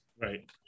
Right